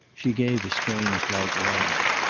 she gave a strange light laugh.